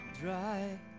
Dry